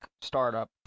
startup